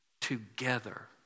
together